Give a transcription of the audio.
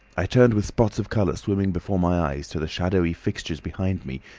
i turned with spots of colour swimming before my eyes to the shadowy fixtures behind me.